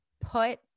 put